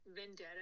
vendetta